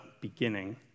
beginning